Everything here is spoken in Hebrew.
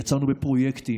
יצאנו בפרויקטים,